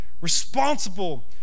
responsible